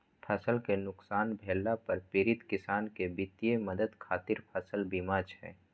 फसल कें नुकसान भेला पर पीड़ित किसान कें वित्तीय मदद खातिर फसल बीमा छै